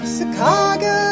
Chicago